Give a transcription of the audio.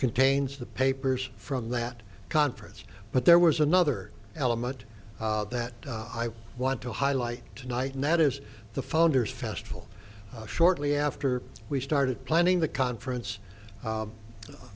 contains the papers from that conference but there was another element that i want to highlight tonight and that is the founders festival shortly after we started planning the conference